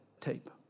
tape